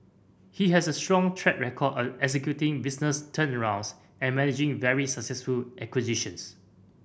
he has a strong track record of executing business turnarounds and managing very successful acquisitions